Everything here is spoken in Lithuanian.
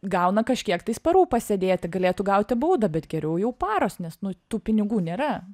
gauna kažkiek tais parų pasėdėti galėtų gauti baudą bet geriau jau paros nes nu tų pinigų nėra